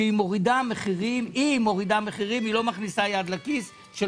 שהיא מורידה מחירים והיא לא מכניסה יד לכיס של